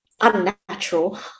unnatural